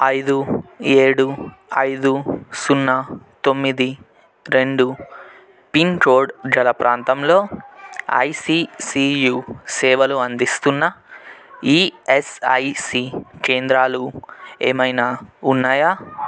ఐదు ఏడు ఐదు సున్నా తొమ్మిది రెండు పిన్కోడ్ గల ప్రాంతంలో ఐసీసీయు సేవలు అందిస్తున్న ఇయస్ఐసీ కేంద్రాలు ఏమైనా ఉన్నాయా